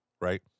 right